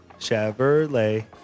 Chevrolet